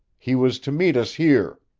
he was to meet us here.